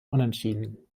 unentschieden